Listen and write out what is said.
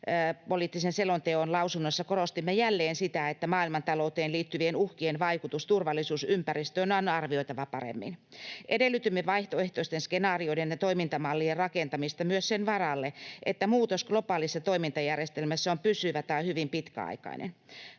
selonteon lausunnossa korostimme jälleen sitä, että maailmantalouteen liittyvien uhkien vaikutus turvallisuusympäristöön on arvioitava paremmin. Edellytimme vaihtoehtoisten skenaarioiden ja toimintamallien rakentamista myös sen varalle, että muutos globaalissa toimintajärjestelmässä on pysyvä tai hyvin pitkäaikainen.